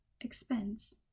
expense